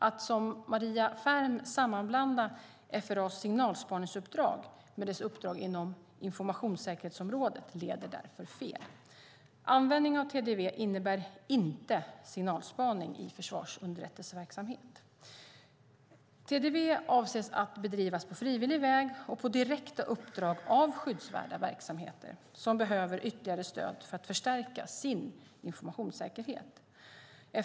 Att, som Maria Ferm gör, sammanblanda FRA:s signalspaningsuppdrag med dess uppdrag inom informationssäkerhetsområdet leder därför fel. Användning av TDV innebär inte signalspaning i försvarsunderrättelseverksamhet. TDV avses att bedrivas på frivillig väg och på direkta uppdrag av skyddsvärda verksamheter som behöver ytterligare stöd för att förstärka sin informationssäkerhet.